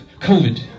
covid